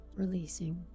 releasing